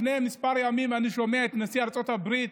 לפני כמה ימים אני שומע את נשיא ארצות הברית,